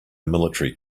military